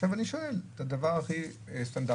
עכשיו אני שואל את הדבר הכי סטנדרטי: